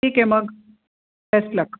ठीक आहे मग बेस्ट लक